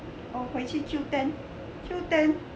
oh 回去 Q ten Q ten